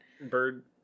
bird